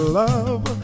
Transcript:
love